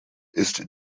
ist